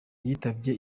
yitabye